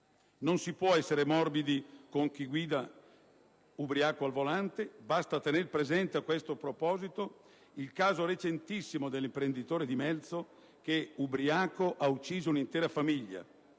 Non si può essere morbidi con chi guida ubriaco al volante. Basta tener presente, a questo proposito, il caso recentissimo dell'imprenditore di Melzo che, ubriaco, ha ucciso un'intera famiglia.